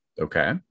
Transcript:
Okay